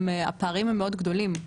הפערים הם מאוד גדולים,